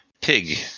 pig